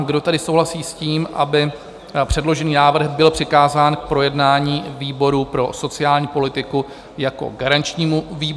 Kdo tedy souhlasí s tím, aby předložený návrh byl přikázán k projednání výboru pro sociální politiku jako garančnímu výboru?